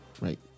right